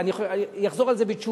אני אחזור על זה בתשובה,